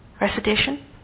Recitation